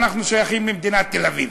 אנחנו שייכים למדינת תל-אביב,